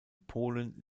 polen